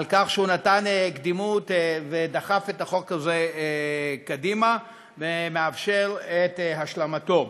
על כך שהוא נתן קדימות ודחף את החוק הזה קדימה ומאפשר את השלמתו.